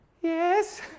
yes